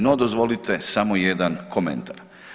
No, dozvolite samo jedan komentar.